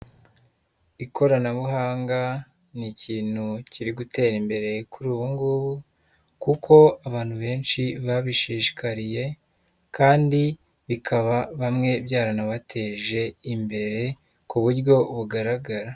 Ikoranabuhanga, ni ikintu kiri gutera imbere kuri ubu ngubu kuko abantu benshi babishishikariye kandi bikaba bamwe byaranabateje imbere, ku buryo bugaragara.